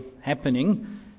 happening